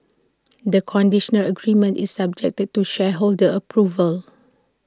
the conditional agreement is subject they to shareholder approval